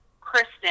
Kristen